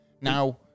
Now